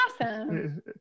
awesome